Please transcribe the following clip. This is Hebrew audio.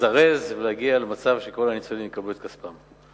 לזרז ולהגיע למצב שכל הניצולים יקבלו את כספם.